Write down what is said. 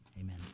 Amen